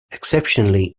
exceptionally